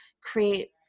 create